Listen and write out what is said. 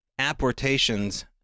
apportations